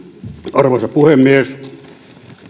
arvoisa puhemies